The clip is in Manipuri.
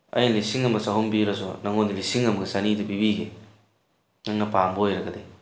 ꯑꯩꯅ ꯂꯤꯁꯤꯡ ꯑꯃ ꯆꯍꯨꯝ ꯄꯤꯔꯁꯨ ꯅꯪꯉꯣꯟꯗ ꯂꯤꯁꯤꯡ ꯑꯃꯒ ꯆꯅꯤꯗ ꯄꯤꯕꯤꯒꯦ ꯅꯪꯅ ꯄꯥꯝꯕ ꯑꯣꯏꯔꯒꯗꯤ